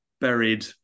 buried